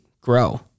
Grow